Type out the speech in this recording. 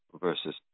versus